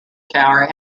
tower